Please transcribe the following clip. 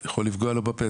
זה יכול לפגוע לו בפנסיה.